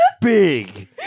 Big